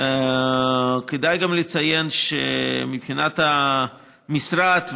כדאי גם לציין שמבחינת המשרד,